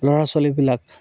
ল'ৰা ছোৱালীবিলাক